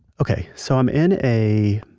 okay, so i'm in a,